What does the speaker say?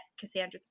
Cassandra's